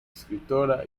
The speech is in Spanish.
escritora